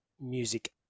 music